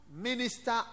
minister